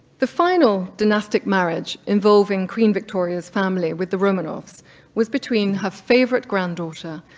the final dynastic marriage involving queen victoria's family with the romanovs was between her favorite granddaughter,